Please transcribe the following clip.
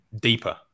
deeper